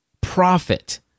Profit